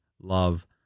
love